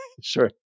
Sure